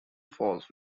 falls